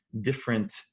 different